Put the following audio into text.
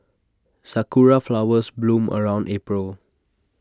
Sakura Flowers bloom around April